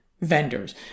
vendors